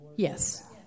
Yes